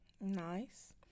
Nice